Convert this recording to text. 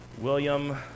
William